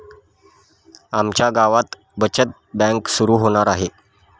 आमच्या गावात बचत बँक सुरू होणार आहे